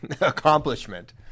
accomplishment